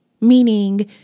Meaning